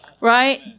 Right